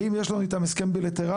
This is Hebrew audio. האם יש לנו איתה הסכם בילטרלי?